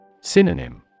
Synonym